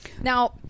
Now